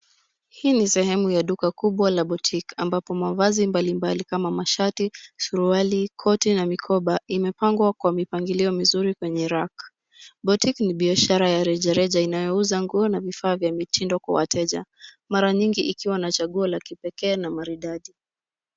Hii ni sehemu ya duka kubwa la boutique ambapo mavazi mbalimbali kama mashati, suruali, koti na mikoba imepangwa kwa mipangilio mizuri kwenye rack . Boutique ni biashara ya rejareja inayouza nguo na vifaa vya mitindo kwa wateja, mara nyingi ikiwa na chaguo la kipekee na maridadi.